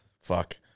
Fuck